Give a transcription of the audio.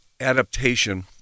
adaptation